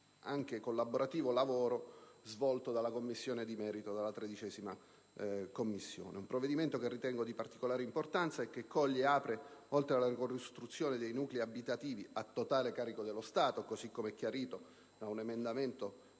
e collaborativo lavoro svolto dalla Commissione di merito. Si tratta di un provvedimento che ritengo di particolare importanza e che apre, oltre alla ricostruzione dei nuclei abitativi a totale carico dello Stato, così come è chiarito da un emendamento